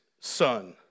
son